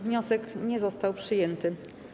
Wniosek nie został przyjęty.